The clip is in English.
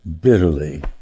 bitterly